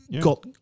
got